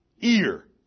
ear